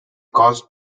caused